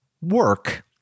work